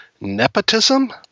nepotism